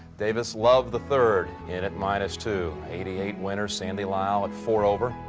davis love the third in at minus two eighty-eight winner, sandy lyle. and for over